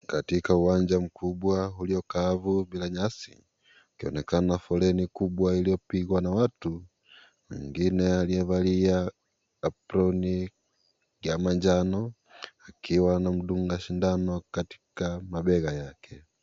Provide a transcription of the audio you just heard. Katika uwanja mkubwa ulio kavu bila nyasi kunaonekana foleni iliyopogwa na watu. Mmoja aliyevalia aproni ya manjano akiwa anamdunga sindano katika mabega yake.